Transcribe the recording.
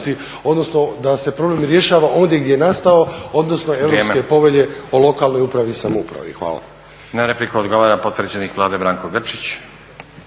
odnosno da se problem rješava ondje gdje je nastao, odnosno Europske povelje o lokalnoj upravi i samoupravi. Hvala. **Stazić, Nenad (SDP)** Na repliku odgovara potpredsjednik Vlade Branko Grčić.